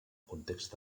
context